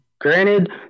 Granted